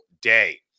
day